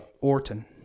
Orton